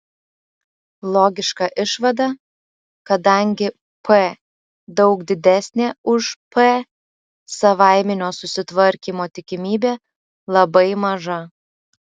logiška išvada kadangi p daug didesnė už p savaiminio susitvarkymo tikimybė labai maža